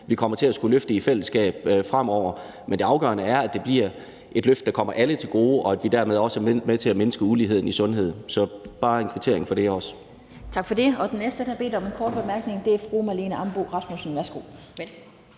vi kommer til at skulle løfte i fællesskab fremover. Men det afgørende er, at det bliver et løft, der kommer alle til gode, og at vi dermed også er med til at mindske uligheden i sundhed. Så det er bare en kvittering for det. Kl. 12:08 Den fg. formand (Annette Lind): Tak for det. Den næste, der har bedt om ordet for en kort bemærkning, er fru Marlene Ambo-Rasmussen. Værsgo.